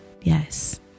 Yes